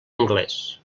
anglès